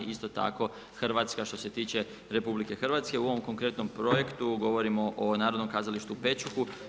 Isto tako Hrvatska što se tiče, RH, u ovom konkretnom projektu, govorimo o narodnom kazalištu Pečuhu.